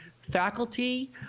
faculty